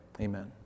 Amen